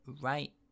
right